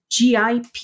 GIP